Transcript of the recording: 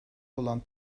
olan